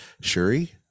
Shuri